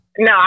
No